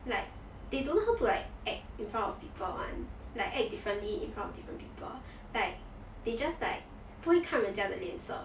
like they don't know how to like act in front of people [one] like act differently in front of different people like they just like 不会看人家的脸色